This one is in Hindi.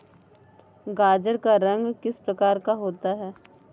गाजर का रंग किस प्रकार का होता है?